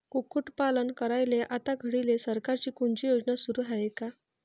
कुक्कुटपालन करायले आता घडीले सरकारची कोनची योजना सुरू हाये का?